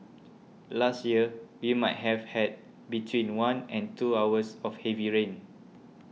last year we might have had between one and two hours of heavy rain